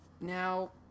Now